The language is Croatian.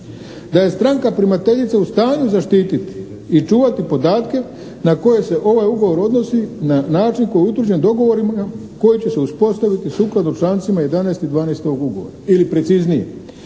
da je stranka primateljica u stanju zaštititi i čuvati podatke na koje se ovaj ugovor odnosi na način koji je utvrđen dogovorima koji će se uspostaviti sukladno člancima 11. i 12. ovog ugovora. Ili preciznije,